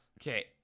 Okay